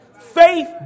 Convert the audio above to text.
Faith